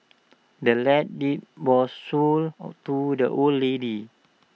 the land's deed was sold to the old lady